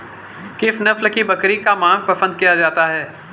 किस नस्ल की बकरी का मांस पसंद किया जाता है?